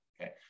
okay